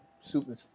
Super